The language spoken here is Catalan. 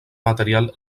material